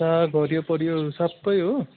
साग हरियोपरियोहरू सबै हो